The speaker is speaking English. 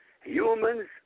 Humans